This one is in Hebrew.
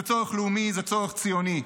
זה צורך לאומי, זה צורך ציוני.